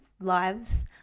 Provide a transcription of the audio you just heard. lives